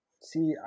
See